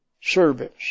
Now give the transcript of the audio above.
service